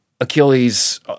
Achilles